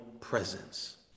presence